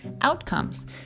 outcomes